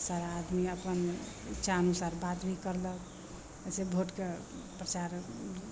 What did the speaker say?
सारा आदमी अपन इच्छा अनुसार बात भी करलक एहिसे भोटके परचार